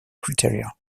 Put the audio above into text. criteria